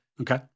Okay